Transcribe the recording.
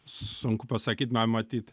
sunku pasakyt na matyt